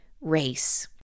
race